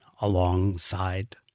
alongside